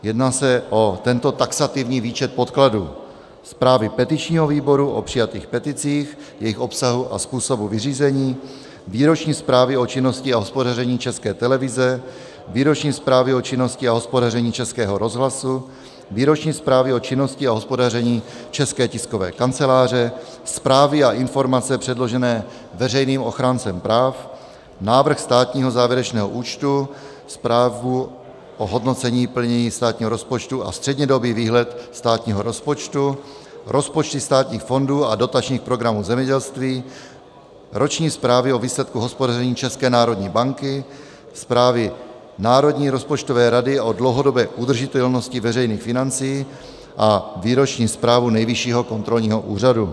Jedná se o tento taxativní výčet podkladů: zprávy petičního výboru o přijatých peticích, jejich obsahu a způsobu vyřízení, výroční zprávy o činnosti a hospodaření České televize, výroční zprávy o činnosti a hospodaření Českého rozhlasu, výroční zprávy o činnosti a hospodaření České tiskové kanceláře, zprávy a informace předložené veřejným ochráncem práv, návrh státního závěrečného účtu, zprávu o hodnocení plnění státního rozpočtu a střednědobý výhled státního rozpočtu, rozpočty státních fondů a dotačních programů v zemědělství, roční zprávy o výsledku hospodaření České národní banky, zprávy Národní rozpočtové rady o dlouhodobé udržitelnosti veřejných financí a výroční zprávu Nejvyššího kontrolního úřadu.